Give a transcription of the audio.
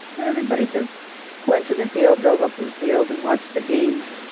but everybody just went to the field, drove up to the field and watched the games,